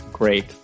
Great